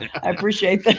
i appreciate that.